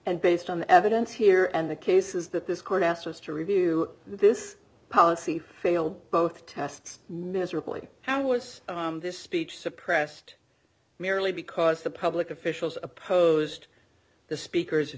and based on the evidence here and the case is that this court asked us to review this policy fail both tests miserably how was this speech suppressed merely because the public officials opposed the speaker's